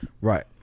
Right